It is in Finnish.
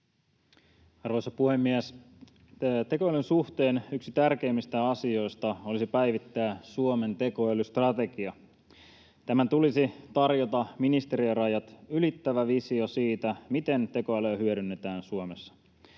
Arvoisa puhemies! Tekoälyn suhteen yksi tärkeimmistä asioista olisi päivittää Suomen tekoälystrategia. Tämän tulisi tarjota ministeriörajat ylittävä visio siitä, miten tekoälyä hyödynnetään Suomessa.